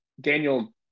Daniel